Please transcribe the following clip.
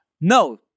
no